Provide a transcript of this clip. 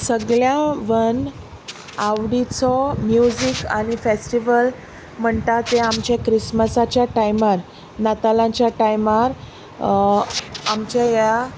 सगल्या वन आवडीचो म्युजीक आनी फॅस्टिवल म्हणटा ते आमचे क्रिस्मसाच्या टायमार नातालांच्या टायमार आमच्या ह्या